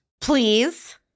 Please